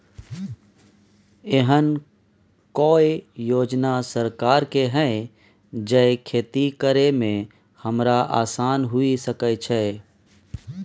एहन कौय योजना सरकार के है जै खेती करे में हमरा आसान हुए सके छै?